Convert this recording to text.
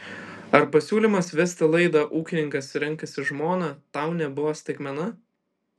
ar pasiūlymas vesti laidą ūkininkas renkasi žmoną tau nebuvo staigmena